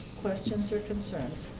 questions or concerns?